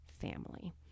family